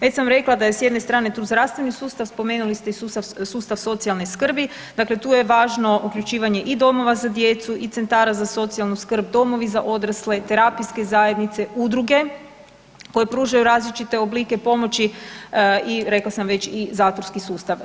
Već sam rekla da je s jedne strane tu zdravstveni sustav, spomenuli ste i sustav socijalne skrbi, dakle tu je važno uključivanje i domova za djecu i centara za socijalnu skrb, domovi za odrasle, terapijske zajednice, udruge koje pružaju različite oblike pomoći i rekla sam već, i zatvorski sustav.